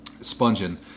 sponging